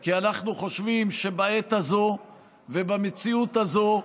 כי אנחנו חושבים שבעת הזו ובמציאות הזו,